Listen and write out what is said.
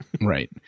right